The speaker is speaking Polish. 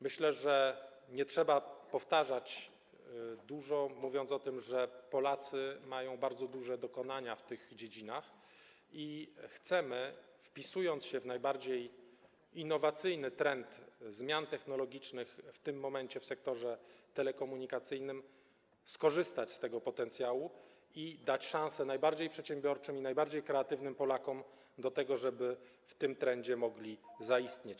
Myślę, że nie trzeba powtarzać, że Polacy mają bardzo duże dokonania w tych dziedzinach, i chcemy, wpisując się w najbardziej innowacyjny trend zmian technologicznych w tym momencie w sektorze telekomunikacyjnym, skorzystać z tego potencjału i dać szansę najbardziej przedsiębiorczym i najbardziej kreatywnym Polakom no to, żeby w tym trendzie mogli zaistnieć.